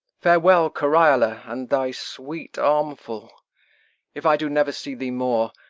farewell, cariola, and thy sweet armful if i do never see thee more,